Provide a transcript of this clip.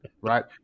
Right